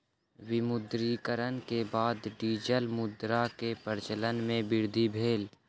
विमुद्रीकरण के बाद डिजिटल मुद्रा के प्रचलन मे वृद्धि भेल